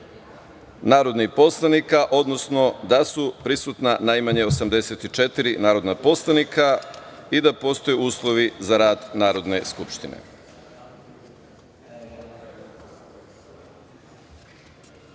narodnih poslanika, odnosno da su prisutna najmanje 84 narodna poslanika i da postoje uslovi za rad Narodne skupštine. Da